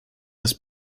das